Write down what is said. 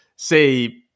say